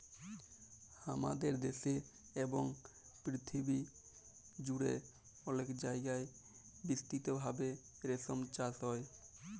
হামাদের দ্যাশে এবং পরথিবী জুড়ে অলেক জায়গায় বিস্তৃত ভাবে রেশম চাস হ্যয়